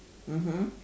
mmhmm